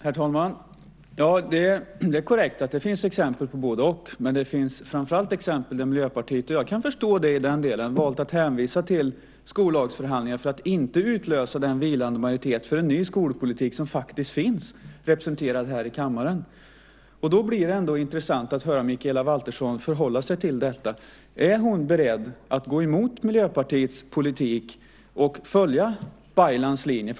Herr talman! Det är korrekt att det finns exempel på både-och. Men det finns framför allt exempel där Miljöpartiet har valt att hänvisa till skollagsförhandlingar - jag kan förstå det i den delen - för att inte utlösa den vilande majoritet för en ny skolpolitik som faktiskt finns representerad här i kammaren. Då blir det ändå intressant att höra Mikaela Valtersson förhålla sig till detta. Är hon beredd att gå emot Miljöpartiets politik och följa Baylans linje?